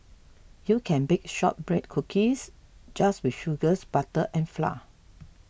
you can bake Shortbread Cookies just with sugars butter and flour